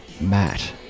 Matt